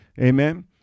Amen